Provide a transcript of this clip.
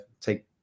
take